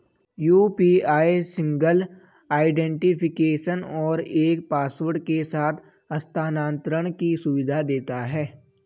UPI single identification और एक password के साथ हस्थानांतरण की सुविधा देता है